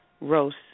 roast